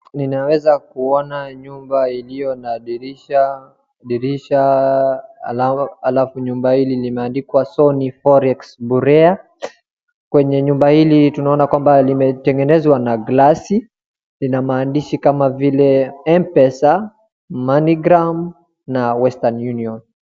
Ninaweza kuona nyumba iliyo na dirisha, dirisha alafu nyumba hili limeandikwa Sunny Forex Bureau. Kwenye nyumba hili tunaona kwamba limetengenezwa na glesi lina maandishi kama vile Mpesa, Moneygram na Western Union.